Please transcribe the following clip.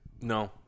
No